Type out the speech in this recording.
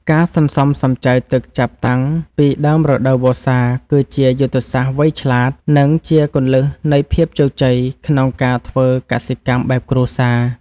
ការសន្សំសំចៃទឹកចាប់តាំងពីដើមរដូវវស្សាគឺជាយុទ្ធសាស្ត្រវៃឆ្លាត និងជាគន្លឹះនៃភាពជោគជ័យក្នុងការធ្វើកសិកម្មបែបគ្រួសារ។